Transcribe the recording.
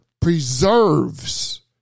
preserves